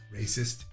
racist